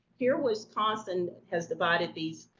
here wisconsin has divided these,